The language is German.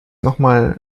nochmal